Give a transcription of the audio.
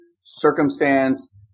circumstance